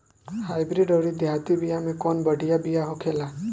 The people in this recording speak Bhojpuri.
हाइब्रिड अउर देहाती बिया मे कउन बढ़िया बिया होखेला?